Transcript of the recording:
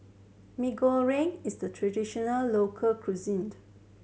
Mee Goreng is a traditional local cuisine